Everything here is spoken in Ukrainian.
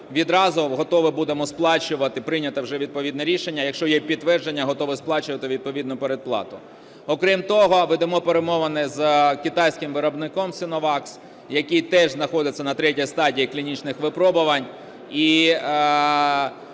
Відразу готові будемо сплачувати, прийняте вже відповідне рішення. Якщо є підтвердження, готові сплачувати відповідну передплату. Окрім того, ведемо перемовини з китайським виробником "Синовакс", який теж знаходиться на третій стадії клінічних випробувань.